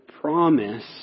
promise